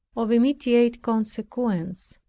of immediate consequence.